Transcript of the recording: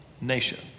nation